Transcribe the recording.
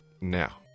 now